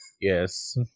Yes